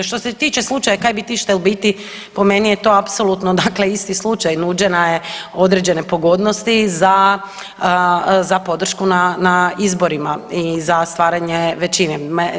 Što se tiče slučaja „kaj bi ti štel biti“ po meni je to apsolutno dakle isti slučaj, nuđena je određene pogodnosti za, za podršku na, na izborima i za stvaranje većine.